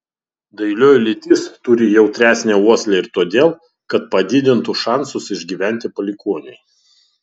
dailioji lytis turi jautresnę uoslę ir todėl kad padidintų šansus išgyventi palikuoniui